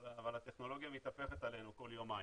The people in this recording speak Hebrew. אבל הטכנולוגיה מתהפכת עלינו כל יומיים.